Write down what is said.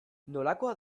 nolakoa